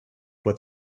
what